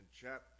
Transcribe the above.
chapter